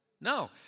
No